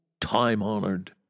time-honored